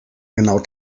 genau